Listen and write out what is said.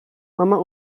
mama